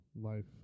life